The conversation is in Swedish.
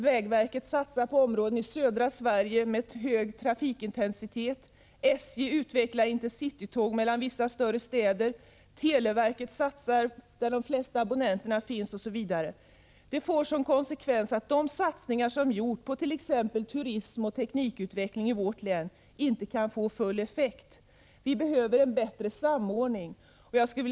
Vägverket satsar på områden i södra Sverige med hög trafikintensitet, SJ inför intercity-tåg mellan vissa större städer. Televerket satsar där de flesta abonnenterna finns, osv. Detta får som konsekvens att de satsningar som gjorts på t.ex. turism och teknikutveckling i vårt län inte kan få full effekt. Vi behöver en bättre samordning.